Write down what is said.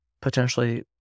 potentially